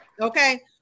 Okay